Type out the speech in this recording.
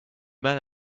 men